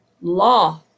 law